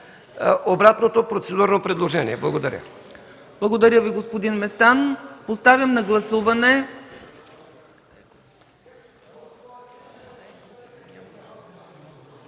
обратното процедурно предложение. Благодаря.